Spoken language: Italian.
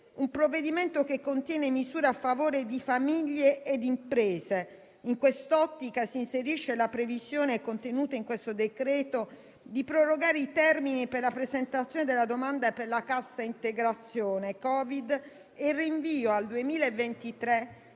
Il provvedimento contiene misure a favore di famiglie e imprese. In quest'ottica si inserisce la previsione contenuta in questo decreto di prorogare i termini per la presentazione della domanda per la cassa integrazione Covid e il rinvio al 2023